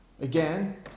Again